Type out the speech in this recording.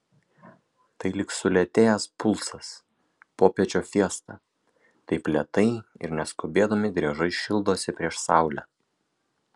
tai lyg sulėtėjęs pulsas popiečio fiesta taip lėtai ir neskubėdami driežai šildosi prieš saulę